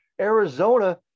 Arizona